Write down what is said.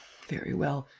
very well.